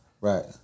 Right